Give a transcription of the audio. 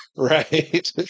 Right